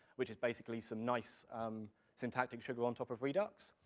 which is basically some nice syntactic sugar on top of redux,